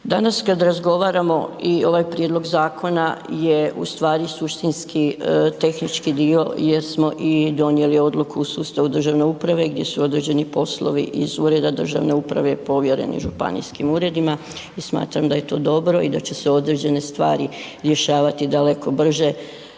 Danas kad razgovaramo i ovaj prijedlog zakona je ustvari suštinski tehnički dio jer smo i donijeli odluku u sustavu državne uprave gdje su određeni poslovi iz ureda državne uprave povjereni županijskim uredima i smatram da je to dobro i da će se određene stvari rješavati daleko brže,